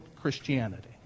Christianity